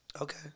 Okay